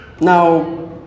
Now